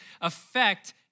affect